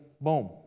boom